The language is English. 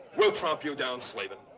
we'll tromp you down, slavin.